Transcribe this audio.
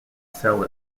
sell